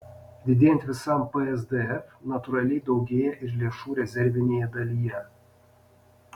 didėjant visam psdf natūraliai daugėja ir lėšų rezervinėje dalyje